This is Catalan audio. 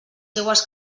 seues